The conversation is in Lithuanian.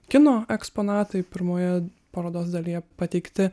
kino eksponatai pirmoje parodos dalyje pateikti